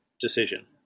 decision